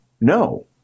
No